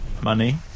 Money